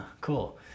Cool